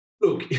look